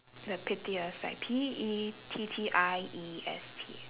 the pettiest like P E T T I E S T